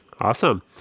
Awesome